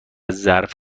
ظرف